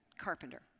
carpenter